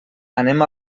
anem